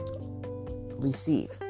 receive